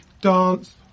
dance